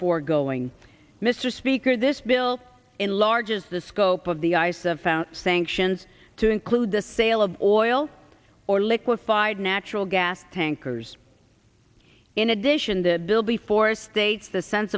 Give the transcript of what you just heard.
foregoing mr speaker this bill enlarges the scope of the ice of found sanctions to include the sale of oil or liquefied natural gas tankers in addition the bill before states the sense